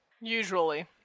Usually